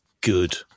good